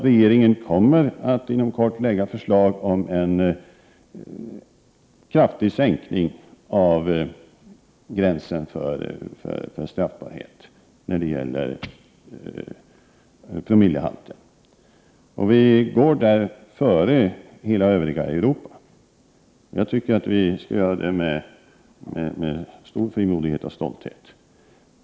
Regeringen kommer att inom kort lägga fram förslag om en kraftig sänkning av gränsen för straffbarhet när det gäller promillehalten. Sverige går där före övriga europeiska länder, och jag tycker vi skall göra det med stor frimodighet och stolthet.